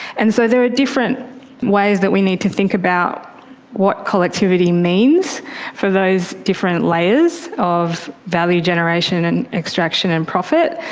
and so there are different ways that we need to think about what collectivity means for those different layers of value generation and extraction and profit.